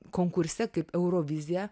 konkurse kaip eurovizija